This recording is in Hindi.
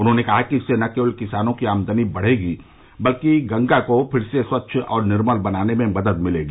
उन्होंने कहा कि इससे न केवल किसानों की आमदनी बढ़ेगी बल्कि गंगा को फिर से स्वच्छ और निर्मल बनाने में मदद मिलेगी